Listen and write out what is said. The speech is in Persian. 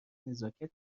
نزاکت